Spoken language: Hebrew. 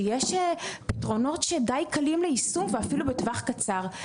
שיש פתרונות שהם די קלים ליישום ואפילו בטווח קצר.